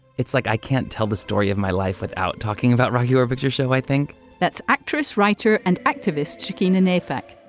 it's like i can't tell the story of my life without talking about rocky horror picture show i think that's actress writer and activist chicken and a fake.